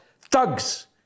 thugs